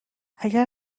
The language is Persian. اگر